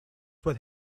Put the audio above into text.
would